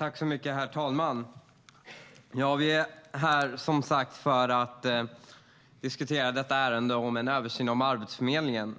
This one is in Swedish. Herr talman! Ja, vi är som sagt här för att diskutera detta ärende om en översyn av Arbetsförmedlingen.